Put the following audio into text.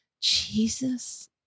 Jesus